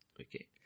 Okay